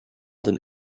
than